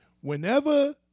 Whenever